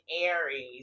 Aries